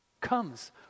comes